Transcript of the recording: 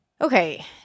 Okay